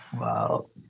wow